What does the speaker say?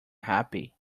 happy